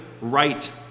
right